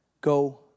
Go